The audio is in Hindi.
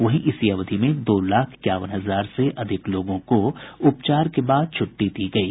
वहीं इसी अवधि में दो लाख इक्यावन हजार से अधिक लोगों को उपचार के बाद छुट्टी दी गयी